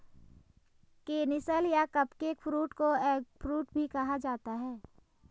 canistel या cupcake fruit को eggfruit भी कहा जाता है